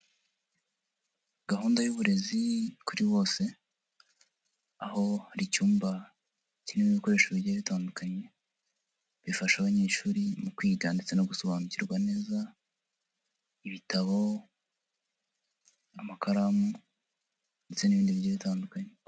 Gahunda y'uburezi kuri bose, aho hari icyumba kirimo ibikoresho bigiye bitandukanye bifasha abanyeshuri mu kwiga ndetse no gusobanukirwa neza, ibitabo, amakaramu ndetse n'ibindi bigiye bitandukanye.